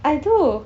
I do